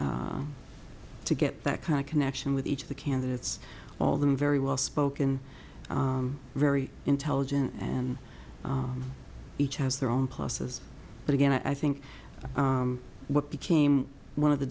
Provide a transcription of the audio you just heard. to get that kind of connection with each of the candidates all of them very well spoken very intelligent and each has their own pluses but again i think what became one of the